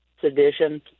sedition